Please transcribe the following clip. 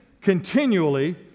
continually